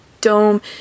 dome